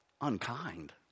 unkind